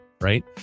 right